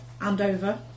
Andover